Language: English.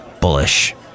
bullish